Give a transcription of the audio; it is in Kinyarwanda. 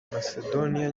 macedonia